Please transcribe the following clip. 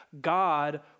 God